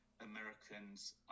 Americans